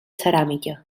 ceràmica